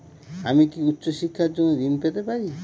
আমি কি উচ্চ শিক্ষার জন্য ঋণ পেতে পারি?